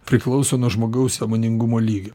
priklauso nuo žmogaus sąmoningumo lygio